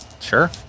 Sure